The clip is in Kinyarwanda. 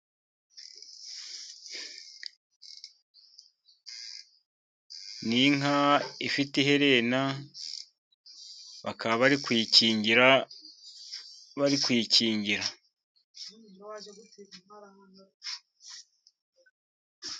Ni inka ifite iherena, bakaba bari kuyikingira bari kuyikingira.